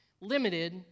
limited